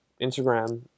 Instagram